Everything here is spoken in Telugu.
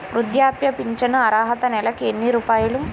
వృద్ధాప్య ఫింఛను అర్హత నెలకి ఎన్ని రూపాయలు?